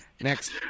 Next